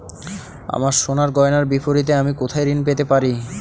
আমার সোনার গয়নার বিপরীতে আমি কোথায় ঋণ পেতে পারি?